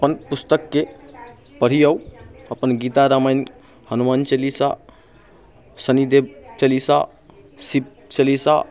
अपन पुस्तकके पढ़ियौ अपन गीता रामायण हनुमान चालीसा शनिदेव चालीसा शिव चालीसा